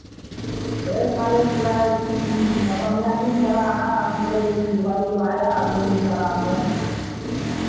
ᱵᱮᱥ ᱛᱟᱦᱚᱞᱮ ᱴᱷᱤᱠ ᱜᱮᱭᱟ ᱜᱟᱯᱟ ᱢᱮᱭᱟᱝ ᱜᱤᱧ ᱪᱟᱞᱟᱜᱼᱟ ᱟᱢ ᱥᱟᱞᱟᱜ ᱤᱧ ᱡᱳᱜᱟᱡᱳᱜ ᱞᱮᱠᱷᱟᱱ ᱯᱷᱚᱱ ᱞᱟᱦᱟᱭᱟ ᱟᱫᱚᱧ ᱪᱟᱞᱟᱜᱼᱟ ᱟᱢ ᱴᱷᱮᱱ